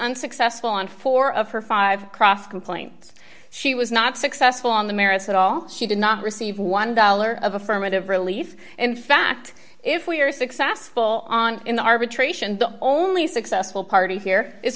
unsuccessful on four of her five cross complaints she was not successful on the merits at all she did not receive one dollar of affirmative relief in fact if we are successful on in the arbitration the only successful party here i